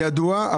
ידוע,